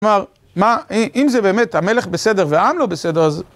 זאת אומרת, אם זה באמת המלך בסדר, והעם לא בסדר, אז...